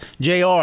Jr